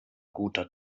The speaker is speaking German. guter